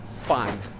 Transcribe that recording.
fine